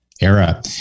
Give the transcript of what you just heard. era